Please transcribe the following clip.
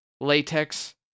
Latex